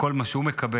בכל מה שהוא מקבל,